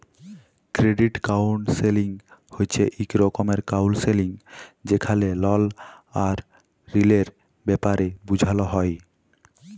credit counselling হছে ইক রকমের কাউল্সেলিং যেখালে লল আর ঋলের ব্যাপারে বুঝাল হ্যয়